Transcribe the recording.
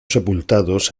sepultados